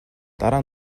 дараа